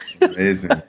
Amazing